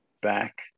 back